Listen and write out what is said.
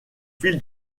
fil